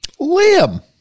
Liam